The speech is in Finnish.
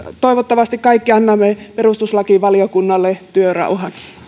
toivottavasti kaikki annamme perustuslakivaliokunnalle työrauhan